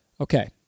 Okay